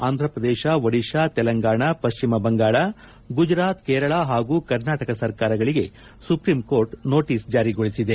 ಆಂಧ್ರ ಪ್ರದೇಶ ಒಡಿಶಾ ತೆಲಂಗಾಣ ಪಶ್ಚಿಮ ಬಂಗಾಳ ಗುಜರಾತ್ ಕೇರಳ ಹಾಗೂ ಕರ್ನಾಟಕ ಸರ್ಕಾರಗಳಿಗೆ ಸುಪ್ರೀಂಕೋರ್ಟ್ ನೋಟಿಸ್ ಜಾರಿಗೊಳಿಸಿದೆ